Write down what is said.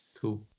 Cool